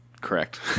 Correct